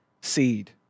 seed